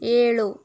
ಏಳು